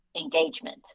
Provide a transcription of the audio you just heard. engagement